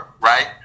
right